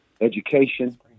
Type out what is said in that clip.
education